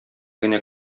генә